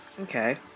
Okay